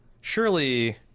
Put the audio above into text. surely